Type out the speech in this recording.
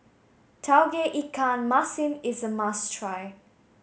Tauge Ikan Masin is a must try